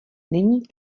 není